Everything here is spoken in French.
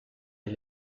les